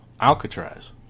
Alcatraz